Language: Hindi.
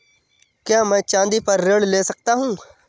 क्या मैं चाँदी पर ऋण ले सकता हूँ?